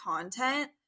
content